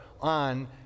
on